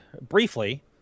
briefly